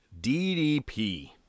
DDP